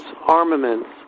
armaments